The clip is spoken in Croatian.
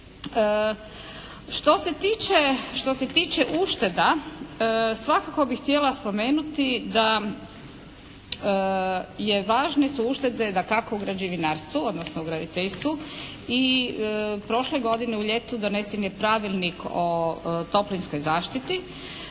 Što se tiče ušteda svakako bih htjela spomenuti da je važne su uštede dakako u građevinarstvu odnosno u graditeljstvu i prošle godine u ljetu donesen je Pravilnik o toplinskoj zaštiti